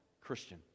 Christian